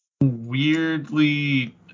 weirdly